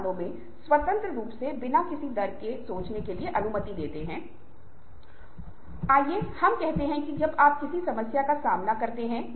क्या मैं अन्य पार्टी को उन मानदंडों के लिए प्रतिबद्ध कर सकता हूं जो मेरे परिणामों के पक्ष में हैं